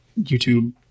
YouTube